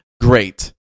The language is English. great